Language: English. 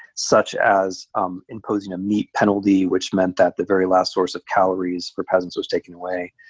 such as um imposing a meat penalty which meant that the very last source of calories for peasants was taken away,